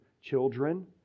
children